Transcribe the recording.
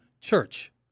Church